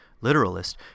literalist